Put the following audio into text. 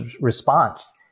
response